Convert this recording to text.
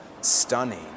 stunning